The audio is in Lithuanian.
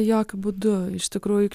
jokiu būdu iš tikrųjų